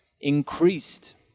increased